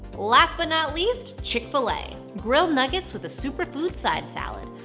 last but not least, chick-fil-a. grilled nuggets with a superfood side salad.